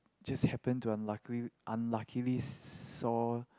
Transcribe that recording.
just happen to unluckily unluckily saw